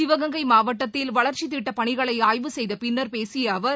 சிவகங்கை மாவட்டத்தில் வளர்ச்சித் திட்டப் பணிகளை ஆய்வு செய்த பின்னர் பேசிய அவர்